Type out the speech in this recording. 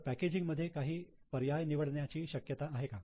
तर पॅकेजिंग मध्ये काही पर्याय निवडण्याची शक्यता आहे का